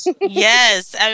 yes